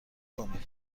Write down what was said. کنید